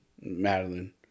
madeline